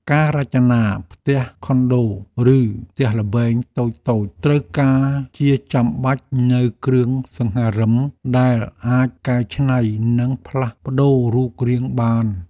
ការរចនាផ្ទះខុនដូឬផ្ទះល្វែងតូចៗត្រូវការជាចាំបាច់នូវគ្រឿងសង្ហារិមដែលអាចកែច្នៃនិងផ្លាស់ប្តូររូបរាងបាន។